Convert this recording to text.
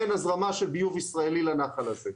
אין הזרמה של ביוב ישראלי לנחל הזה.